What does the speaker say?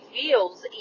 feels